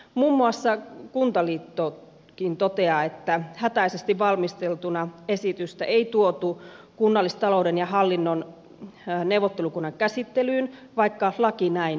muun muassa kuntaliittokin toteaa että hätäisesti valmisteltuna esitystä ei tuotu kunnallistalouden ja hallin non neuvottelukunnan käsittelyyn vaikka laki näin edellyttää